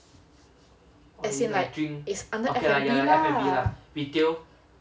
as in like it's under F&B lah